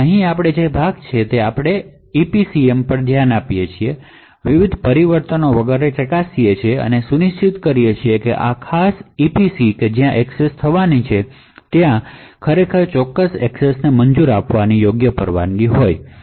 હવે અહીં આપણે તે ભાગ છે જ્યાં આપણે EPCM પર ધ્યાન આપીએ છીએ વિવિધ પરમિશન વગેરે ચકાસીએ છીએ અને સુનિશ્ચિત કરીએ છીએ કે આ ખાસ EPC જ્યાં એક્સેસ થવાની છે તે તે ચોક્કસ એક્સેસને મંજૂરી આપવાની યોગ્ય પરવાનગી છે